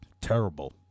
terrible